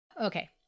Okay